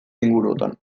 inguruotan